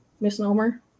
Misnomer